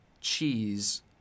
cheese